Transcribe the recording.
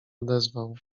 odezwał